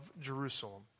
Jerusalem